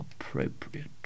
appropriate